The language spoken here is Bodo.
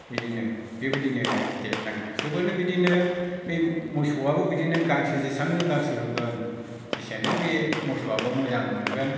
बिदिनो बेबायदिनो देरलाङो सोबआनो बिदिनो बे मोसौआबो बिदिनो गांसो जेसांनो गांसो होगोन जेसेनो बे मोसौआबो मोजां मोनगोन